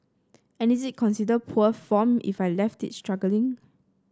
and is it considered poor form if I left it struggling